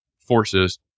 forces